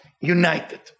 united